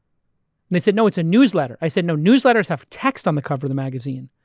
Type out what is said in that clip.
they said, no, it's a newsletter. i said, no, newsletters have text on the cover of the magazine.